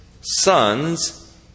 sons